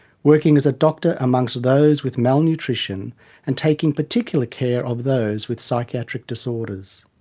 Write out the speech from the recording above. working as a doctor amongst those with malnutrition and taking particular care of those with psychiatric disorders.